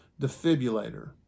defibrillator